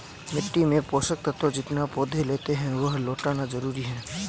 मिट्टी से पोषक तत्व जितना पौधे लेते है, वह लौटाना जरूरी है